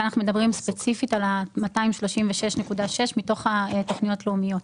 כאן אנחנו מדברים ספציפית מתוך תכניות לאומיות.